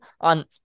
on